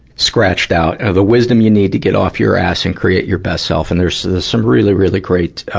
scratched out. the wisdom you need to get off your ass and create your best self. and there's some really, really great, ah,